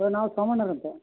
sir ನಾವು ಸೋಮಣ್ಣವ್ರು ಅಂತ